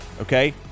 Okay